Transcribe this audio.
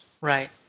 Right